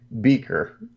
Beaker